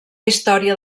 història